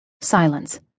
Silence